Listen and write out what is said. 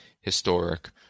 historic